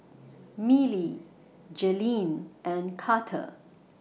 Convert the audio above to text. Miley Jailene and Karter